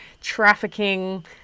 trafficking